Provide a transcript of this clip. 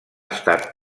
estat